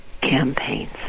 campaigns